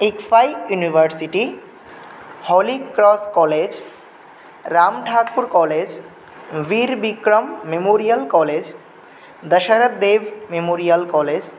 X फ़ैव् university Holy Cross college Ramthakur college Birbikram memorial college Dasharathdeb memorial college